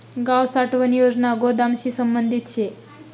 गाव साठवण योजना गोदामशी संबंधित शे